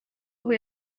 aho